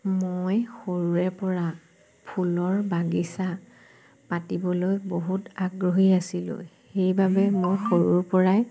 মই সৰুৰেপৰা ফুলৰ বাগিচা পাতিবলৈ বহুত আগ্ৰহী আছিলোঁ সেইবাবে মই সৰুৰপৰাই